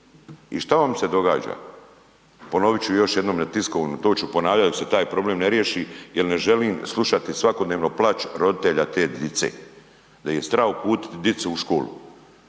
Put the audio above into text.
I šta vam se događa? Ponovit ću još jednom na tiskovnoj, to ću ponavljat dok se taj problem ne riješi jer ne želim slušati svakodnevno plač roditelja te dice, da ih je strah uputiti dicu u školu.